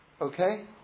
Okay